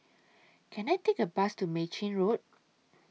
Can I Take A Bus to Mei Chin Road